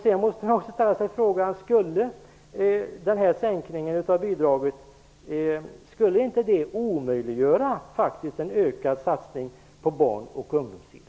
Man måste också ställa sig frågan: Skulle inte sänkningen av bidraget omöjliggöra en ökad satsning på barn och ungdomar?